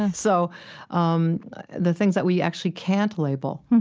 and so um the things that we actually can't label,